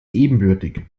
ebenbürtig